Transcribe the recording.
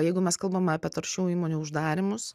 jeigu mes kalbame apie taršių įmonių uždarymus